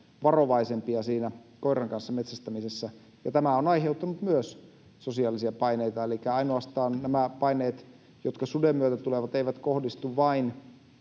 varovaisempia koiran kanssa metsästämisessä. Tämä on aiheuttanut myös sosiaalisia paineita, elikkä nämä paineet, jotka suden myötä tulevat, eivät kohdistu vain